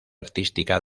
artística